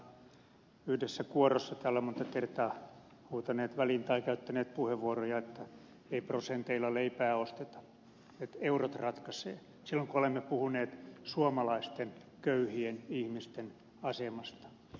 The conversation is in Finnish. tennilän kanssa ihan yhdessä kuorossa täällä monta kertaa huutaneet väliin tai käyttäneet puheenvuoroja että ei prosenteilla leipää osteta eurot ratkaisevat silloin kun olemme puhuneet suomalaisten köyhien ihmisten asemasta